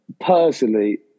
personally